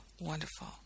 wonderful